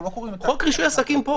אנחנו לא קוראים --- חוק רישוי עסקים פה.